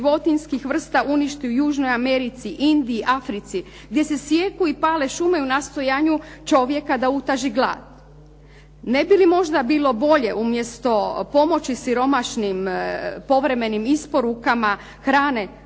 životinjskih vrsta uništi u Južnoj Americi, Indiji, Africi gdje se sijeku i pale šume u nastojanju čovjeka da utaži glad. Ne bi li možda bilo bolje umjesto pomoći siromašnim povremenim isporukama hrane,